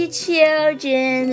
children